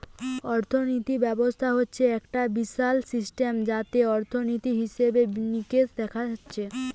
অর্থিনীতি ব্যবস্থা হচ্ছে একটা বিশাল সিস্টেম যাতে অর্থনীতি, হিসেবে নিকেশ দেখা হচ্ছে